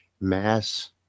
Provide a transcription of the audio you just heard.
mass